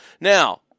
Now